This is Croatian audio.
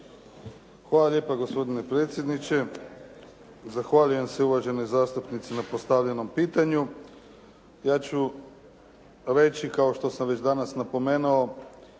Hvala lijepo gospodine predsjedniče. Zahvaljujem se uvaženoj zastupnici na postavljenom pitanju. Ja ću reći kao što sam već danas napomenuo